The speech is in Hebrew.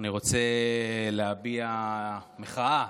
אני רוצה להביע מחאה,